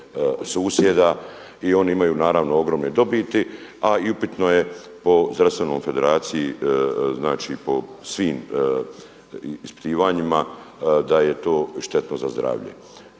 susjeda i oni imaju naravno ogromne dobiti a i upitno je po zdravstvenoj federaciji, znači po svim ispitivanjima da je to štetno za zdravlje.